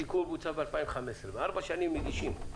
התיקון בוצע ב-2015, וארבע שנים מגישים.